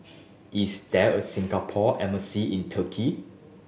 is there a Singapore Embassy in Turkey